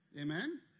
Amen